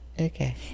Okay